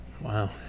Wow